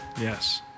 Yes